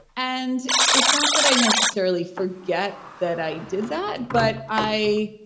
and it's not that i necessarily forget that i did that, but i,